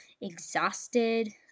exhausted